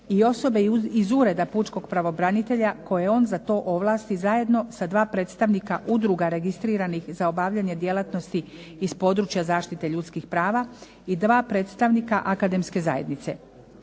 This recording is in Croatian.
i osobe iz ureda pučkog pravobranitelja koje on za to ovlasti, zajedno sa dva predstavnika udruga registriranih za obavljanje djelatnosti iz područja zaštite ljudskih prava i dva predstavnika akademske zajednice.